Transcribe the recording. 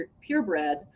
purebred